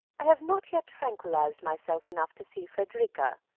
i have not yet tranquillised myself enough to see frederica.